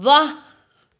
ਵਾਹ